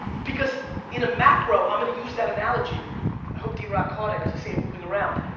because in a macro i'm gonna use that analogy. i hope drock caught it cause i see him moving around.